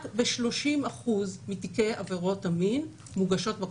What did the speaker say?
רק ב-30% מתיקי עבירות המין מוגשות בקשות.